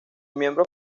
miembros